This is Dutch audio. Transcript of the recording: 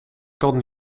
kan